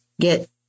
get